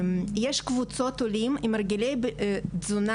יש קבוצות עולים, עם הרגלי תזונה,